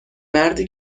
مردی